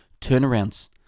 Turnarounds